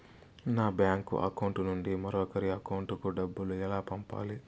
నా bank account నుండి మరొకరి అకౌంట్ కు డబ్బులు ఎలా పంపాలి